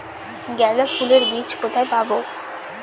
গাঁদা ফুলের বীজ কোথায় পাবো?